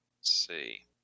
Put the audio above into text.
see